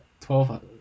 twelve